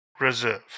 reserve